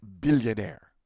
billionaire